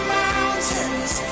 mountains